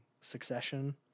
succession